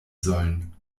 sollen